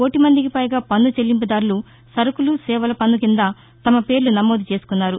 కోటి మందికిపైగా పన్సు చెల్లింపుదారులు సరుకులు సేవల పన్సు కింద తమ పేరు నమోదు చేసుకున్నారు